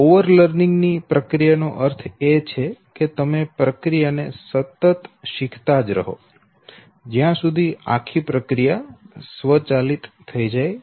over learning ની પ્રક્રિયાનો અર્થ એ છે કે તમે પ્રક્રિયા ને સતત શીખતાં જ રહો જ્યા સુધી આખી પ્રક્રિયા સ્વચાલિત થઈ જાય